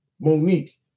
Monique